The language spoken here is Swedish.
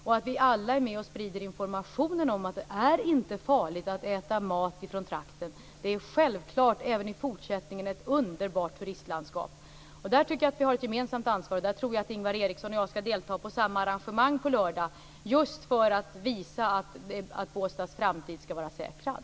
Vi måste alla vara med och sprida informationen om att det inte är farligt att äta mat från trakten. Detta är även i fortsättningen ett underbart turistlandskap. Vi har ett gemensamt ansvar för detta. Jag tror att Ingvar Eriksson och jag skall delta i samma arrangemang på lördag för att visa att Båstads framtid skall vara säkrad.